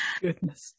goodness